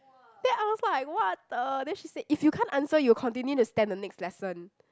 then I was like what the then she said if you can't answer you continue to stand the next lesson